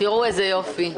תראו איזה יופי.